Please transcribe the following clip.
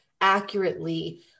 accurately